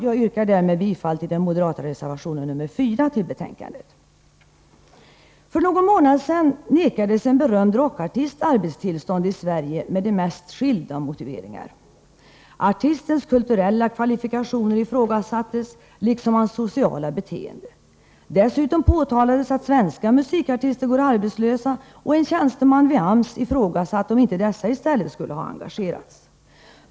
Jag yrkar därmed bifall till den moderata reservationen nr 4, som är fogad till betänkandet. För någon månad sedan nekades en berömd rockartist arbetstillstånd i Sverige med de mest skilda motiveringar. Artistens kulturella kvalifikationer ifrågasattes, liksom hans sociala beteende. Dessutom påtalades att svenska musikartister går arbetslösa, och en tjänsteman vid AMS ifrågasatte om inte dessa i stället skulle ha engagerats.